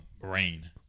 Rain